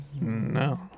No